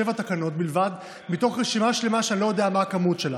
שבע תקנות בלבד מתוך רשימה שלמה שאני לא יודע מה הגודל שלה.